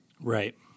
Right